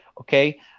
Okay